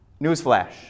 Newsflash